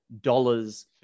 dollars